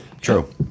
true